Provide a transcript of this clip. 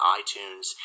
iTunes